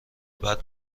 بعد